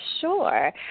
Sure